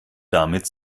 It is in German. damit